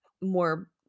more